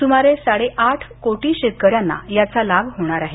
सुमारे साडे आठ कोटी शेतकऱ्यांना याचा लाभ होणार आहे